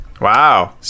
Wow